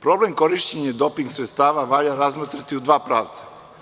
Problem korišćenja doping sredstava valja razmotriti u dva pravca.